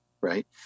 right